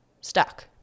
stuck